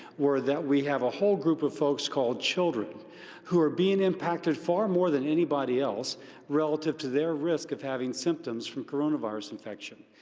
were that we have a whole group of folks called children who are being impacted far more than anybody else relative to their risk of having symptoms from coronavirus infection.